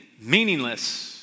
meaningless